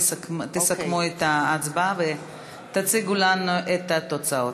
תסכמו את ההצבעה ותציגו לנו את התוצאות.